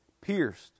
pierced